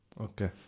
Okay